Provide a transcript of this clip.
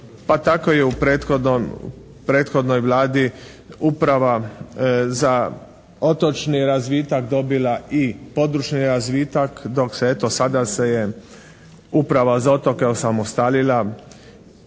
Pa tako je u prethodnoj Vladi uprava za otočni razvitak dobila i područni razvitak, dok se eto, sada se je Uprava za otoke osamostalila